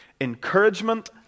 encouragement